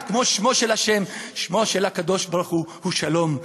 כמו שמו של ה' שמו של הקדוש-ברוך-הוא הוא שלום.